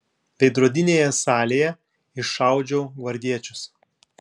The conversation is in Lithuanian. veidrodinėje salėje iššaudžiau gvardiečius